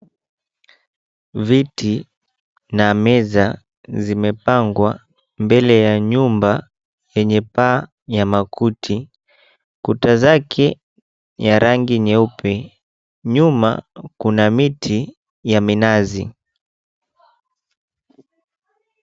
Viti na meza zimepangwa mbele ya nyumba yenye paa ya makuti. Kuta zake ya rangi nyeupe. Nyuma kuna miti ya minazi.